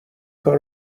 کار